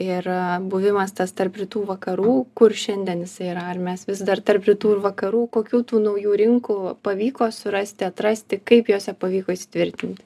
ir buvimas tas tarp rytų vakarų kur šiandien jisai yra ar mes vis dar tarp rytų ir vakarų kokių tų naujų rinkų pavyko surasti atrasti kaip jose pavyko įsitvirtinti